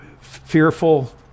fearful